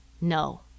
no